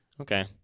Okay